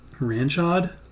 Ranchod